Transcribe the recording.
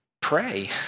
pray